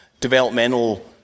developmental